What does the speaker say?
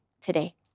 today